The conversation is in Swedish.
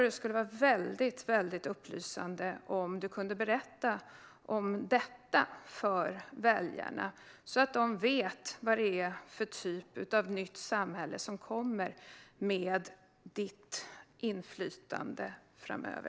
Det vore väldigt upplysande om du kunde berätta det för väljarna, så att de vet vad det är för typ av nytt samhälle som skapas med ditt inflytande framöver.